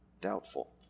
doubtful